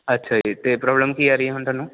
ਅੱਛਾ ਜੀ ਅਤੇ ਪ੍ਰੋਬਲਮ ਕੀ ਆ ਰਹੀ ਹੈ ਹੁਣ ਤੁਹਾਨੂੰ